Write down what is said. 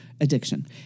addiction